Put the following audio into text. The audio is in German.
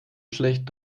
schlecht